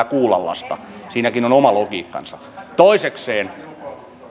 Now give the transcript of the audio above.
pitää kuulla lasta siinäkin on oma logiikkansa toisekseen